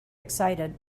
excited